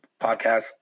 podcast